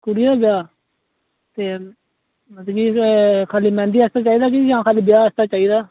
कुड़ी दा ब्याह् ते मतलब कि खाली मेंह्दी आस्तै चाहिदा जां खाली ब्याह् आस्तै चाहिदा